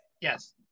yes